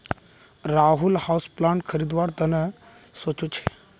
Rahul houseplant खरीदवार त न सो च छ